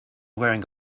wearing